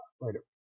Later